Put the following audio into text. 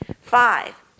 Five